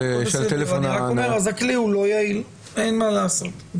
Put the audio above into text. בסדר, אז אני אומר שהכלי לא יעיל, אין מה לעשות.